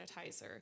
sanitizer